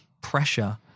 pressure